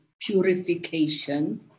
purification